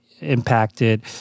impacted